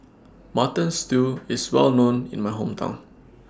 Mutton Stew IS Well known in My Hometown